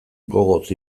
gogoz